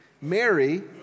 Mary